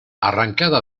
arrancada